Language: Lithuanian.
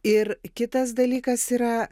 ir kitas dalykas yra